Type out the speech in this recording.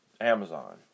Amazon